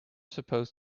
supposed